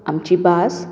आमची भास